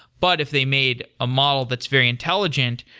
but if they made a model that's very intelligent,